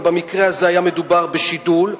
אבל במקרה הזה היה מדובר בשידול,